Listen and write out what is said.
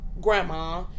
grandma